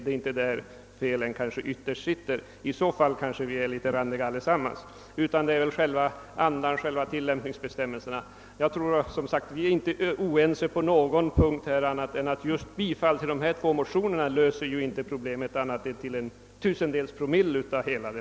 Det är inte där felen ytterst finns — i så fall kanske vi är litet randiga allesammans. Det gäller väl själva andan i tillämpningsbestämmelserna. Vi är som sagt inte oense på någon punkt annat än i fråga om motionen. Ett bifall till den löser inte problemet ens till en tusendels promille.